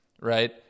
right